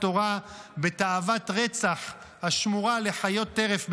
תורה בתאוות רצח השמורה לחיות טרף בלבד.